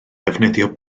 ddefnyddio